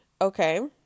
Okay